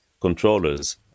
controllers